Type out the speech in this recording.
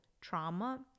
trauma